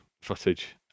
footage